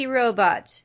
robot